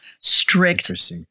strict